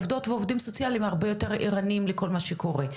עובדים סוציאליים ועובדות סוציאליות הרבה יותר ערניים למה שקורה,